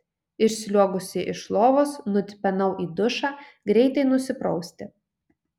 išsliuogusi iš lovos nutipenau į dušą greitai nusiprausti